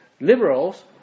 Liberals